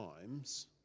times